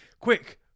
Quick